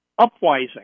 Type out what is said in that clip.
upwising